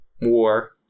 war